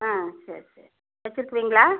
ஆ சரி சரி வச்சுருக்கிறீங்களா